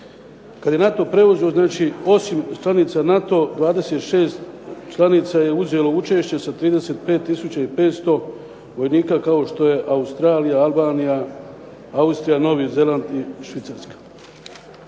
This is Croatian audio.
Kad je NATO preuzeo, znači osim članova NATO-a 26 članica je uzelo učešće sa 35 tisuća 500 vojnika kao što je Australija, Albanija, Austrija, Novi Zeland i Švicarska.